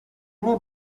noi